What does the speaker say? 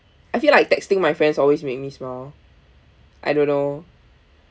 I feel like texting my friends always make me smile I don't know